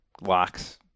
locks